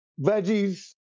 veggies